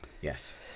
Yes